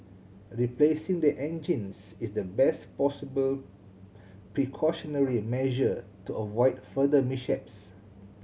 replacing the engines is the best possible precautionary measure to avoid further mishaps